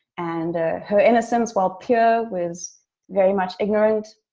and her innocence, while pure, was very much ignorant.